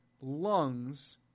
lungs